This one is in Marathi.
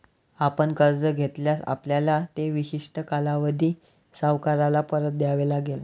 आपण कर्ज घेतल्यास, आपल्याला ते विशिष्ट कालावधीत सावकाराला परत द्यावे लागेल